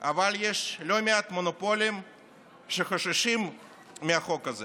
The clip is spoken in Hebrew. אבל יש לא מעט מונופולים שחוששים מהחוק הזה